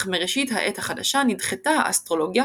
אך מראשית העת החדשה נדחתה האסטרולוגיה